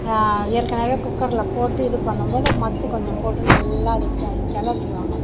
ஏற்கனவே குக்கரில் போட்டு இது பண்ணும் போது மத்து கொஞ்சம் போட்டு நல்லா அது கிளரிடுவாங்க